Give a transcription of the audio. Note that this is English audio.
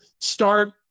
start